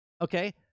Okay